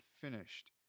finished